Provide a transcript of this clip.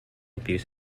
abuse